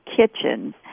Kitchen